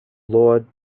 law